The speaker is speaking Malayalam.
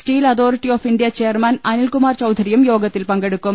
steel Authority of India chairman Anilkumar ചൌധരിയും യോഗത്തിൽ പങ്കെടുക്കും